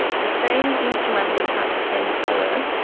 the same instrument would have the same colour,